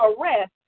arrest